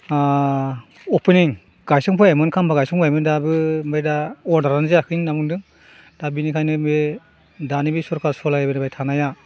opening गायसन फैयबायमोन खाम्फा गायसनबायमोन दाबो ओमफ्राय दा अर्डारानो जायाखै होननानै बुंदों दा बिनिखायनो बे दानि बे सरखार सालायबोबाय थानाया